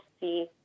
see